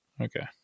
Okay